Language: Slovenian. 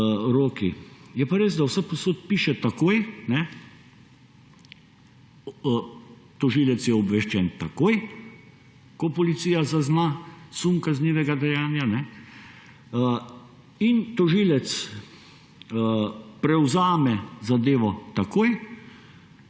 roki. Je pa res, da vsepovsod piše takoj, tožilec je obveščen takoj, ko policija zazna sum kaznivega dejanja. Tožilec prevzame zadevo takoj